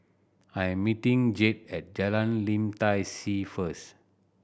I am meeting Jade at Jalan Lim Tai See first